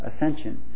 ascension